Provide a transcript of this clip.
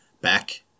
back